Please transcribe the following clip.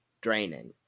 draining